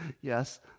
Yes